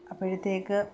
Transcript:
അപ്പോഴത്തേക്ക്